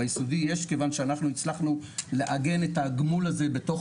ביסודי יש כיוון שאנחנו הצלחנו לעגן את הגמול הזה בתוך